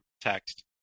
text